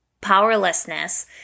powerlessness